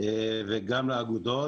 וגם לאגודות.